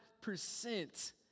percent